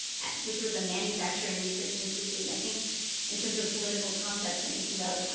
and which was a manufacturing research institute. and i think in terms of political concepts, and thinking about